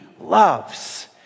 loves